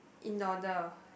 in order